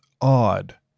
odd